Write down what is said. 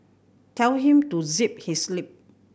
tell him to zip his lip